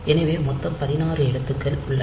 எனவே மொத்தம் 16 எழுத்துக்கள் உள்ளன